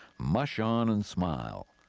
mush on and smile,